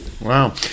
Wow